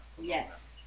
yes